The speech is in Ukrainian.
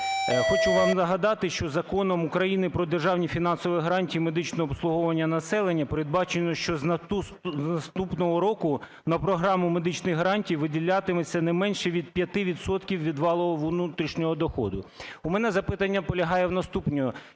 Хочу вам нагадати, що Законом України "Про державні фінансові гарантії медичного обслуговування населення" передбачено, що з наступного року на програму медичних гарантій виділятиметься не менше від 5 відсотків від валового внутрішнього доходу. У мене запитання полягає в наступному: